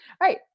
right